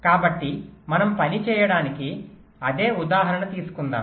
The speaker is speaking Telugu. కాబట్టి మనం పని చేయడానికి అదే ఉదాహరణ తీసుకుందాం